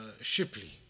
Shipley